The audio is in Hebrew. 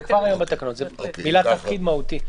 זה כבר היום בתקנות, זה מילא תפקיד מהותי.